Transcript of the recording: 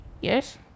yes